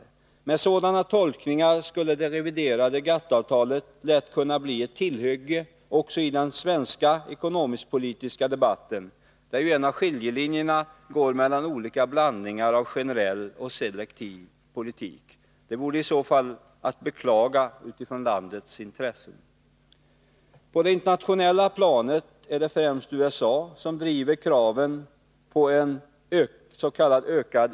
Med sådana tolkningar skulle det reviderade GATT-avtalet lätt kunna bli ett tillhygge också i den svenska ekonomisk-politiska debatten, där ju en av skiljelinjerna går mellan olika blandningar av generell och selektiv politik. Detta vore i så fall att beklaga med hänsyn till landets intresse. På det internationella planet är det främst USA som driver kraven på en ökad ss.k.